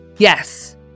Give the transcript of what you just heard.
Yes